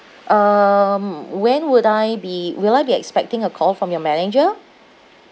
um when would I be will I be expecting a call from your manager